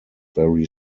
very